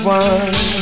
one